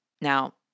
Now